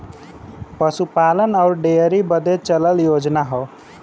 पसूपालन अउर डेअरी बदे चलल योजना हौ